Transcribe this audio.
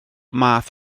math